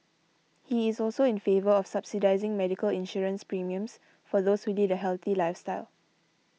he is also in favour of subsidising medical insurance premiums for those who lead a healthy lifestyle